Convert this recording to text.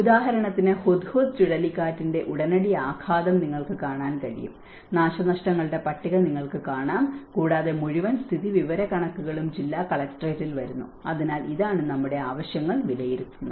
ഉദാഹരണത്തിന് ഹുദ്ഹുദ് ചുഴലിക്കാറ്റിന്റെ ഉടനടി ആഘാതം നിങ്ങൾക്ക് കാണാൻ കഴിയും നാശനഷ്ടങ്ങളുടെ പട്ടിക നിങ്ങൾക്ക് കാണാം കൂടാതെ മുഴുവൻ സ്ഥിതിവിവരക്കണക്കുകളും ജില്ലാ കളക്ട്രേറ്റിൽ വരുന്നു അതിനാൽ ഇതാണ് നമ്മുടെ ആവശ്യങ്ങൾ വിലയിരുത്തുന്നത്